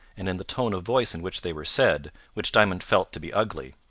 and in the tone of voice in which they were said, which diamond felt to be ugly.